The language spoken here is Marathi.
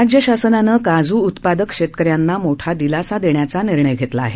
राज्य शासनानं काज उत्पादक शेतकऱ्यांना मोठा दिलासा देण्याचा निर्णय घेतला आहे